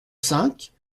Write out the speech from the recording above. cinq